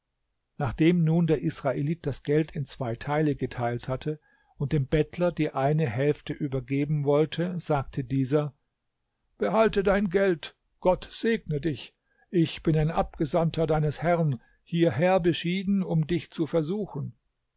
nachdem nun der israelit das geld in zwei teile geteilt hatte und dem bettler die eine hälfte übergeben wollte sagte dieser behalte dein geld gott segne dich ich bin ein abgesandter deines herrn hierher beschieden um dich zu versuchen